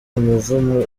umuvumo